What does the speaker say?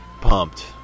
pumped